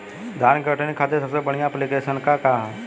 धान के कटनी खातिर सबसे बढ़िया ऐप्लिकेशनका ह?